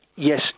Yes